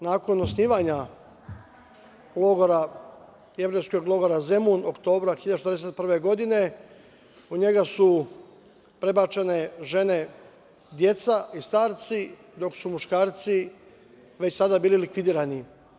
Nakon osnivanja Jevrejskog logora Zemun oktobra 1941. godine u njega su prebačene žene, deca i starci, dok su muškarci već tada bili likvidirani.